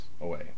away